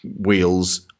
wheels